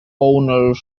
owner